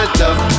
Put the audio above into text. love